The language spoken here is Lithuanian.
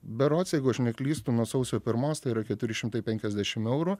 berods jeigu aš neklystu nuo sausio pirmos tai yra keturi šimtai penkiasdešimt eurų